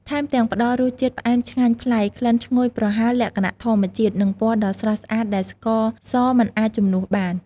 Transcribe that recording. ថែមទាំង ផ្ដល់រសជាតិផ្អែមឆ្ងាញ់ប្លែក ក្លិនឈ្ងុយប្រហើរលក្ខណៈធម្មជាតិ និងពណ៌ដ៏ស្រស់ស្អាតដែលស្ករសមិនអាចជំនួសបាន។